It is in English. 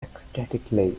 ecstatically